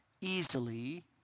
easily